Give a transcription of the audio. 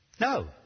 No